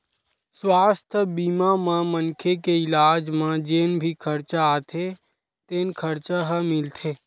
सुवास्थ बीमा म मनखे के इलाज म जेन भी खरचा आथे तेन खरचा ह मिलथे